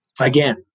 again